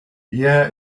yeah